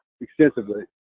extensively